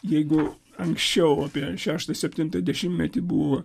jeigu anksčiau apie šeštą septintą dešimtmetį buvo